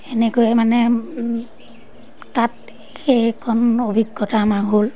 এনেকৈয়ে মানে তাত সেইকণ অভিজ্ঞতা আমাৰ হ'ল